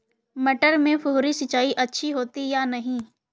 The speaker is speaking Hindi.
मटर में फुहरी सिंचाई अच्छी होती है या नहीं?